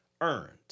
earned